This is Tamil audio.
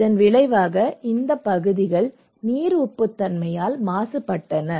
இதன் விளைவாக இந்த பகுதிகள் நீர் உப்புத்தன்மையால் மாசுபட்டன